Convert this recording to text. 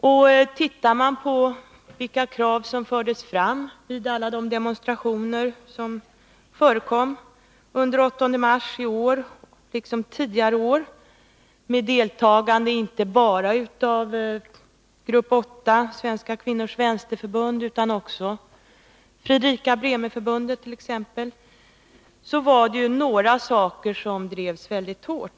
Den 8 mars i år förekom liksom tidigare år många demonstrationer med deltagande inte bara av Grupp 8 och Svenska kvinnors vänsterförbund utan också av t.ex. Fredrika Bremerförbundet. Vid dessa demonstrationer var det vissa krav som drevs mycket hårt.